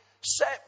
set